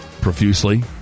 Profusely